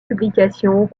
publications